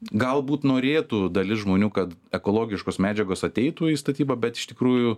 galbūt norėtų dalis žmonių kad ekologiškos medžiagos ateitų į statybą bet iš tikrųjų